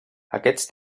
aquests